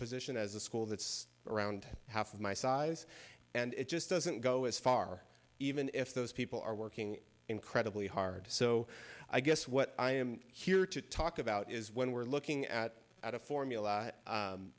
position as a school that's around half of my size and it just doesn't go as far even if those people are working incredibly hard so i guess what i am here to talk about is when we're looking at at a formula